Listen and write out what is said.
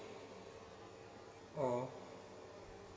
oh